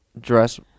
dress